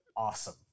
awesome